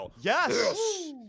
Yes